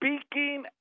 speaking